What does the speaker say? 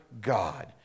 God